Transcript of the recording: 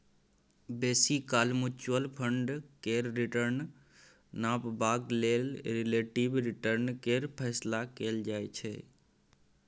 बेसी काल mutual fund केर रिटर्न नापबाक लेल रिलेटिब रिटर्न केर फैसला कएल जाइ छै